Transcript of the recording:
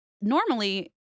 normally